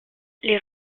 les